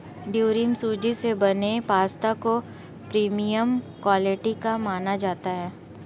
durum सूजी से बने पास्ता को प्रीमियम क्वालिटी का माना जाता है